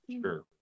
Sure